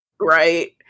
right